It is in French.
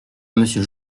monsieur